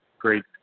great